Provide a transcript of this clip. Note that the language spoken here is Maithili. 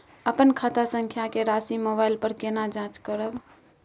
अपन खाता संख्या के राशि मोबाइल पर केना जाँच करब?